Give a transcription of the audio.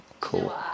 Cool